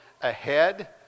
ahead